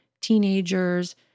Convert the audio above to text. Teenagers